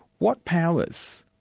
what powers,